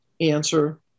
answer